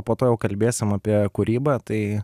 po to jau kalbėsim apie kūrybą tai